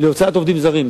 להוצאת עובדים זרים.